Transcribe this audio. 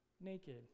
naked